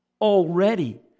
already